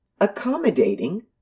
accommodating